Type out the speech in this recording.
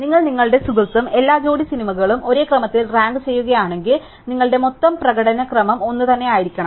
അതിനാൽ നിങ്ങളും നിങ്ങളുടെ സുഹൃത്തും എല്ലാ ജോഡി സിനിമകളും ഒരേ ക്രമത്തിൽ റാങ്ക് ചെയ്യുകയാണെങ്കിൽ നിങ്ങളുടെ മൊത്തം പ്രകടന ക്രമം ഒന്നുതന്നെയായിരിക്കണം